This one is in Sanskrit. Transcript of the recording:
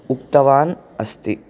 उक्तवान् अस्ति